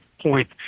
point